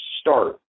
start